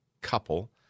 couple